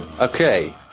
Okay